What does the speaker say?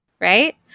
Right